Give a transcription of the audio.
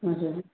हजुर